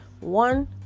One